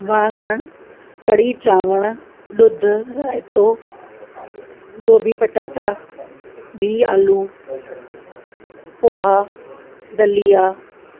वांङण कढ़ी चांवर ॾुध रायतो गोभी पटाटा बिहु आलू पोहा दलिया